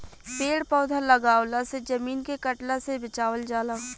पेड़ पौधा लगवला से जमीन के कटला से बचावल जाला